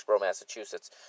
Massachusetts